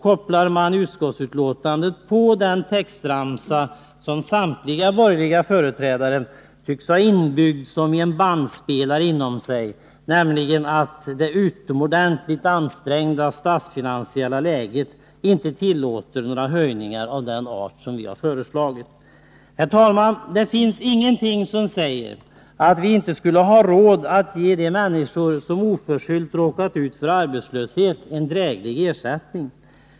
I utskottsbetänkandet kopplas den textramsa på som samtliga borgerliga företrädare tycks ha inbyggd inom sig liksom i en bandspelare, nämligen detta att det utomordentligt ansträngda statsfinansiella läget inte tillåter några höjningar av det slag som vi har föreslagit. Herr talman! Det finns ingenting som säger att vi inte skulle ha råd att ge människor som oförskyllt har råkat ut för arbetslöshet en dräglig ersättning.